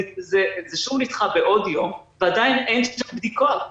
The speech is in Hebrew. זה שוב נדחה בעוד יום ועדיין אין שום בדיקות.